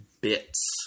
bits